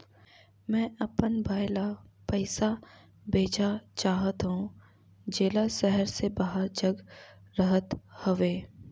मैं अपन भाई ल पइसा भेजा चाहत हों, जेला शहर से बाहर जग रहत हवे